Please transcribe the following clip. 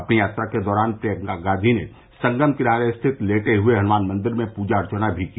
अपनी यात्रा के दौरान प्रियंका गांधी ने संगम किनारे स्थित लेटे हनुमान मन्दिर में पूजा अर्चना भी की